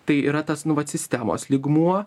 tai yra tas nu vat sistemos lygmuo